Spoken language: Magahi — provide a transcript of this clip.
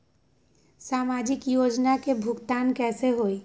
समाजिक योजना के भुगतान कैसे होई?